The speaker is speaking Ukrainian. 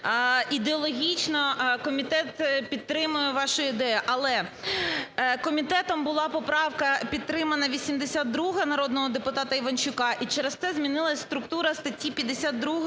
Ідеологічно комітет підтримує вашу ідею. Але комітетом була поправка підтримана 82-а народного депутата Іванчука, і через те змінилася структура статті 52